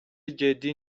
جدی